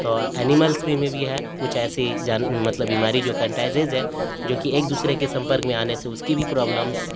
تو اینیملس میں میں بھی ہے کچھ ایسی جان مطلب بیماری جو کنٹائزیز ہے جوکہ ایک دوسرے کے سمپرک میں آنے سے اس کی بھی پرابلمس